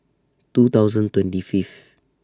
two thousand twenty Fifth